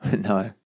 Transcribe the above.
No